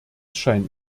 scheint